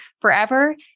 forever